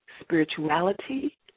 spirituality